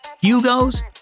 Hugo's